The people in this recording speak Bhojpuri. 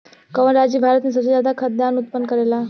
कवन राज्य भारत में सबसे ज्यादा खाद्यान उत्पन्न करेला?